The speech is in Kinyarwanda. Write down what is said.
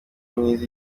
mwiza